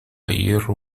hierro